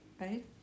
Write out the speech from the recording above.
right